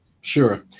Sure